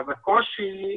הקושי,